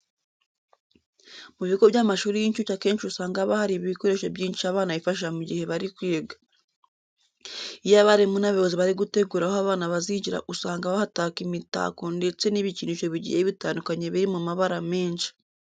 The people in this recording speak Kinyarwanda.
Mu bigo by'amashuri y'incuke akenshi usanga haba hari ibikoresho byinshi abana bifashisha mu gihe bari kwiga. Iyo abarimu n'abayobozi bari gutegura aho aba bana bazigira usanga bahataka imitako ndetse n'ibikinisho bigiye bitandukanye biri mu mabara menshi.